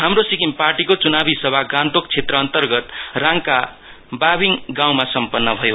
हाम्रो सिक्किम पार्टीको चुनावी सभा गान्तोक क्षेत्र अन्तर्गत राङका बीबीङ गाँउमा सम्पन्न भयो